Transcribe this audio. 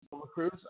Cruz